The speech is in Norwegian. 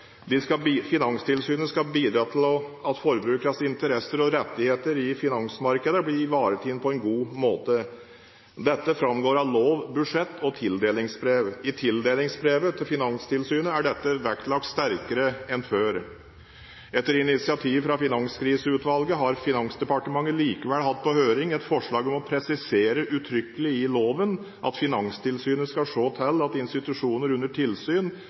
Finanstilsynet skal bidra til at forbrukernes interesser og rettigheter i finansmarkedene blir ivaretatt på en god måte. Dette framgår av lov, budsjetter og tildelingsbrev. I tildelingsbrev til Finanstilsynet er dette vektlagt sterkere enn før. Etter initiativ fra Finanskriseutvalget har Finansdepartementet likevel hatt på høring et forslag om å presisere uttrykkelig i loven at Finanstilsynet skal se til at institusjoner under tilsyn